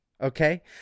Okay